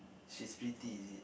she's pretty is it